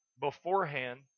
beforehand